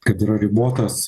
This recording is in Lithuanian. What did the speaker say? kad yra ribotas